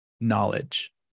knowledge